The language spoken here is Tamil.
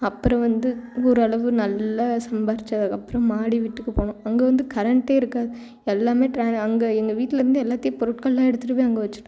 அப்புறம் வந்து ஓரளவு நல்லா சம்பாரிச்சதுக்கப்பறம் மாடி வீட்டுக்கு போனோம் அங்கே வந்து கரண்ட் இருக்காது எல்லாம் அங்கே எங்கள் வீட்லேருந்து எல்லாத்தையும் பொருட்கள்லாம் எடுத்துட்டு போய் அங்கே வெச்சு